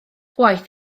waeth